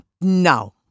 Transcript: no